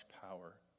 power